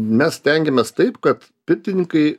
mes stengiamės taip kad pirtininkai